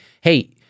hey